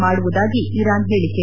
ಮಾಡುವುದಾಗಿ ಇರಾನ್ ಹೇಳಿಕೆ